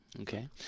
Okay